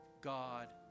God